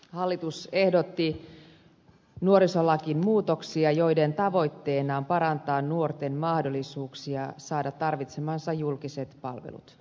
hallitus ehdotti nuorisolakiin muutoksia joiden tavoitteena on parantaa nuorten mahdollisuuksia saada tarvitsemansa julkiset palvelut